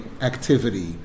activity